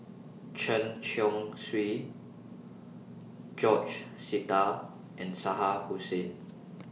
Chen Chong Swee George Sita and Shah Hussain